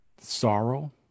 sorrow